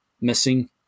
missing